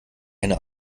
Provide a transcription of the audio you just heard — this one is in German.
eine